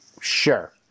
Sure